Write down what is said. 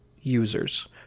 users